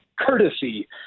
courtesy